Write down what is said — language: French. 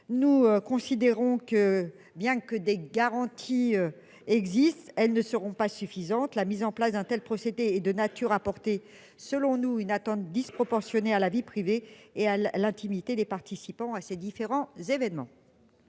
nous considérons que, bien que des garanties existent, elles ne seront pas suffisantes la mise en place d'un tel procédé est de nature à porter selon nous une atteinte disproportionnée à la vie privée et à l'intimité des participants à ces différents événements.